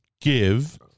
give